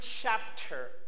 chapter